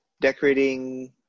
decorating